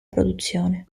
produzione